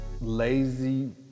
lazy